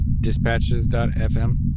dispatches.fm